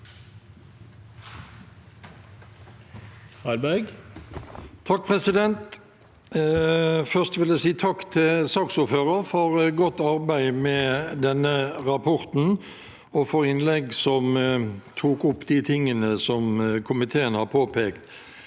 (H) Først vil jeg si takk til saksordføreren for godt arbeid med denne rapporten og for et innlegg som tok opp de tingene komiteen har påpekt.